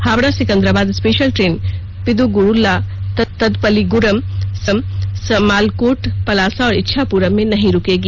Howrah Secunderabad special train Piduguralla Tadepalligudem Samalkot Palasa और इच्छापुरम में नहीं रूकेगी